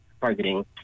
targeting